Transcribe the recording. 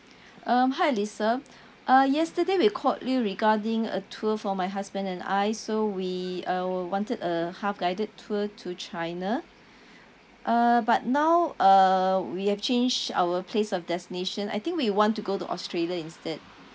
um hi lisa uh yesterday we called you regarding a tour for my husband and I so we uh wanted a half guided tour to china uh but now uh we have changed our place of destination I think we want to go to australia instead